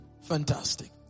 Fantastic